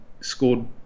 scored